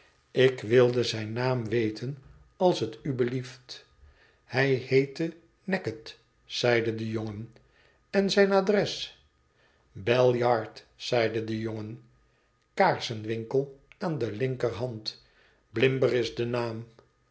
ik wilde zijn naam weten als hot u belieft hij heette neckett zeide de jongen fn zijn adres bell yard zeide de jongen kaarsenwinkel aan de linkerhand blimber is de naam